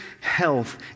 health